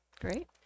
Great